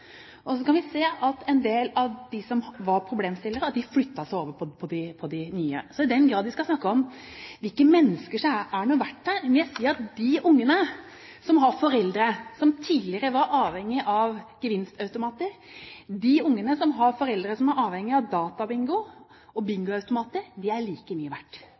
automatene. Så i den grad vi skal snakke om hvilke mennesker som er noe verdt, må jeg si at de ungene som har foreldre som tidligere var avhengige av gevinstautomater, de ungene som har foreldre som er avhengige av databingo og bingoautomater, er like mye verdt.